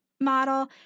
model